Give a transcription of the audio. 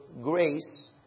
grace